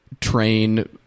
train